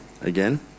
Again